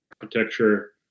architecture